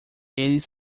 eles